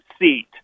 seat